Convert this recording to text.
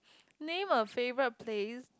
name a favourite place